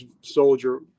soldier